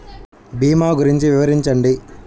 భీమా గురించి వివరించండి?